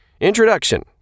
Introduction